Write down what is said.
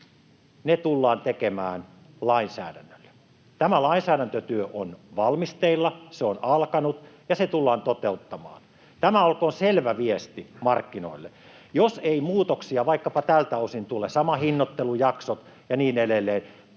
ne tullaan tekemään lainsäädännöllä. Tämä lainsäädäntötyö on valmisteilla, se on alkanut ja se tullaan toteuttamaan. Tämä olkoon selvä viesti markkinoille: jos ei muutoksia vaikkapa tältä osin tule — sama hinnoittelujakso ja niin edelleen,